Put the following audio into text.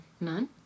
None